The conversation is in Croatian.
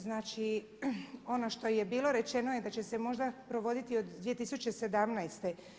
Znači ono što je bilo rečeno je da će se možda provoditi od 2017.